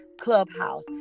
Clubhouse